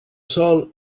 sol